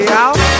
out